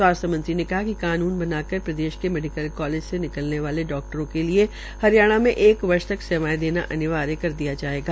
स्वास्थ्य मंत्री ने कहा कि कानून बनाकर प्रदेश के मेडिकल कालेज से निकलने वाले डाक्टरों के लिये हरियाणा मे एक वर्ष तक सेवायें देना अनिवार्यकर दिया जायेगा